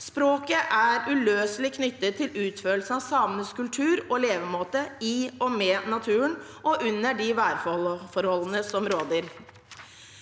Språket er uløselig knyttet til utførelsen av samenes kultur og levemåte i og med naturen og under de værforholdene som råder.